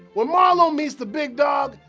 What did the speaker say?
when marlow meets the big dawg,